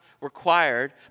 required